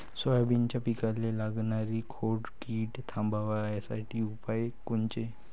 सोयाबीनच्या पिकाले लागनारी खोड किड थांबवासाठी उपाय कोनचे?